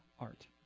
art